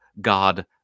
God